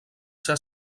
ser